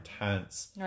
intense